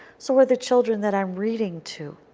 so are the children that i am reading to.